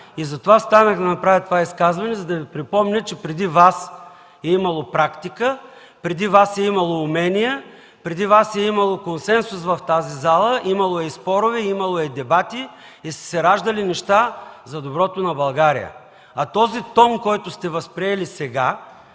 Затова станах да направя това изказване, за да Ви припомня, че преди Вас е имало практика, преди Вас е имало умения, преди Вас е имало консенсус в тази зала, имало е и спорове, имало е и дебати и са се раждали неща за доброто на България. А този тон, който сте възприели сега,